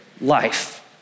life